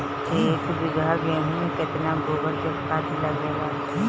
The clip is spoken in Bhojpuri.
एक बीगहा गेहूं में केतना गोबर के खाद लागेला?